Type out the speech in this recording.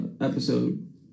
episode